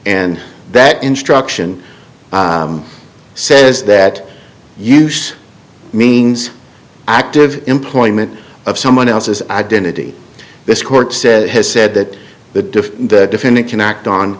and that instruction says that use means active employment of someone else's identity this court says has said that the defendant can act on